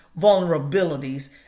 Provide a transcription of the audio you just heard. vulnerabilities